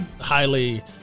highly